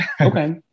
okay